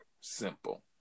Simple